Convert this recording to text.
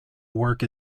work